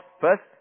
first